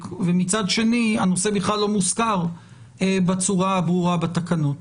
ומצד שני הנושא בכלל לא מוזכר בצורה ברורה בתקנות